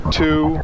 two